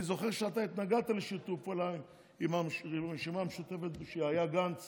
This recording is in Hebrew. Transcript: אני זוכר שאתה התנגדת לשיתוף פעולה עם הרשימה המשותפת כשהיה גנץ